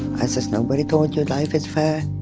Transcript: i says, nobody told you life is fair.